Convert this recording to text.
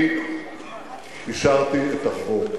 אני אישרתי את החוק.